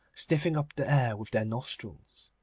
sniffing up the air with their nostrils.